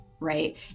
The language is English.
Right